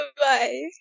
Bye